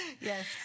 Yes